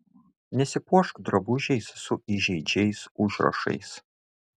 nesipuošk drabužiais su įžeidžiais užrašais